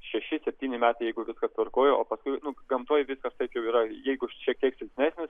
šeši septyni metai jeigu viskas tvarkoj o paskui gamtoje viskas taip jau yra jeigu šiek tiek silpnesnis